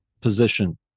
position